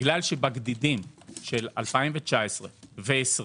בגלל שבגדידים של 2019 ו-2020